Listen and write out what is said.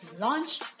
launch